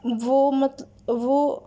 وہ مت وہ